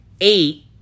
eight